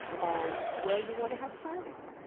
and where you want to have silence.